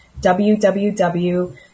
www